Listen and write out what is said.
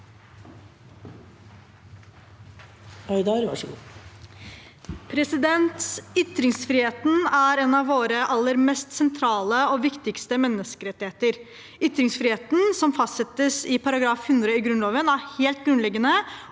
Ytringsfriheten er en av våre aller mest sentrale og viktige menneskerettigheter. Ytringsfriheten, som fastsettes i § 100 i Grunnloven, er helt grunnleggende